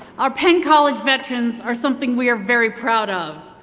our penn college veterans are something we are very proud of,